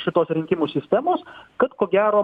šitos rinkimų sistemos kad ko gero